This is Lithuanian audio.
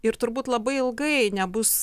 ir turbūt labai ilgai nebus